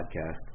podcast